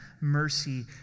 mercy